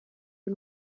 die